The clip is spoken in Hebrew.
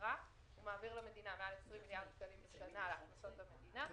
ביתרה והוא מעביר למדינה מעל 20 מיליארד שקלים בשנה להכנסות המדינה.